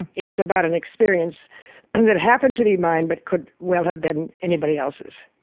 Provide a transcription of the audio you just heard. and it was about an experience and that happened to be mine but could well have been anybody else's.